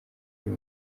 uyu